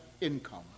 income